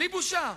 בלי בושה.